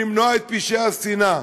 למנוע את פשעי השנאה.